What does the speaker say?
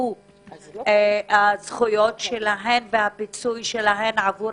שהובטחו הזכויות שלהן והפיצוי שלהן עבור